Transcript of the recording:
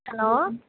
hello